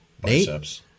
Biceps